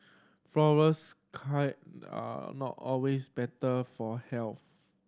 flourless are not always better for health